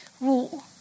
rule